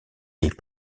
est